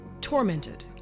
tormented